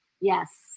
Yes